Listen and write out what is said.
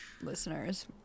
Listeners